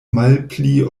malpli